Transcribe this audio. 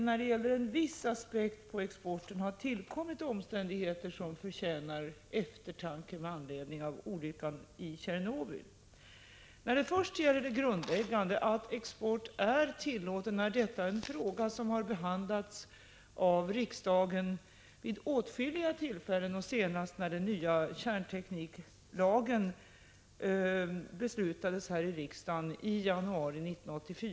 När det gäller en viss aspekt på exporten tycker jag att det genom olyckan i Tjernobyl har tillkommit omständigheter som ger anledning till eftertanke. Det grundläggande är att export är tillåten. Det är en fråga som har behandlats av riksdagen vid åtskilliga tillfällen, senast när den nya kärntekniklagen beslutades här i kammaren i januari 1984.